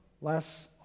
less